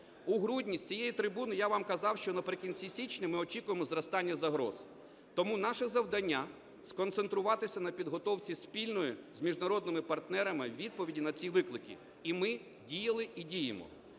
У грудні з цієї трибуни я вам казав, що наприкінці січня ми очікуємо зростання загроз. Тому наше завдання – сконцентруватися на підготовці спільної з міжнародними партнерами відповіді на ці виклики, і ми діяли і діємо.